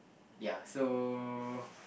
ya so